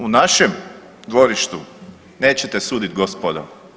U našem dvorištu nećete sudit gospodo.